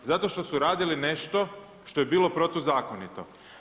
Zato što su radili nešto što je bilo protuzakonito.